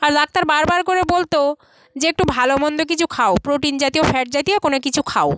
আর doctor বারবার করে বলত যে একটু ভালো মন্দ কিছু খাও প্রোটিন জাতীয় ফ্যাট জাতীয় কোনো কিছু খাও